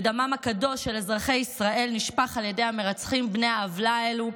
ודמם הקדוש של אזרחי ישראל נשפך על ידי המרצחים בני העוולה האלה.